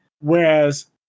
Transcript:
whereas